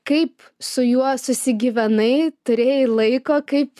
kaip su juo susigyvenai turėjai laiko kaip